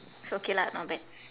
so okay lah not bad